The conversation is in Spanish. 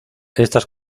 estas